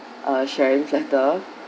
uh sharing platter